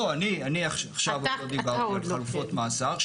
לא, אני עכשיו, עוד לא דיברתי על חלופות מאסר.